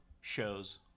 shows